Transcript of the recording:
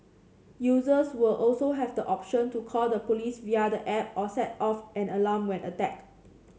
users will also have the option to call the police via the app or set off an alarm when attacked